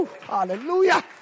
Hallelujah